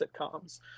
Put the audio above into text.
sitcoms